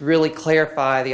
really clarify the